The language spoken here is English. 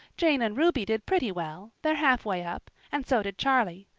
jane and ruby did pretty well they're halfway up and so did charlie.